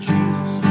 Jesus